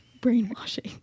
brainwashing